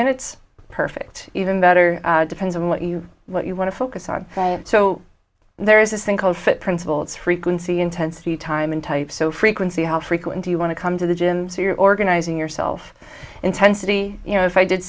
minutes perfect even better depends on what you what you want to focus on so there is this thing called fit principle its frequency intensity time and type so frequency how frequent do you want to come to the gym so you're organizing yourself intensity you know if i did